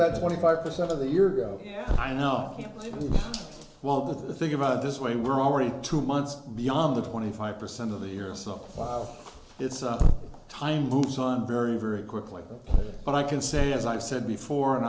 that twenty five percent of the year and i know you well the thing about it this way we're already two months beyond the twenty five percent of the year so it's time moves on very very quickly but i can say as i said before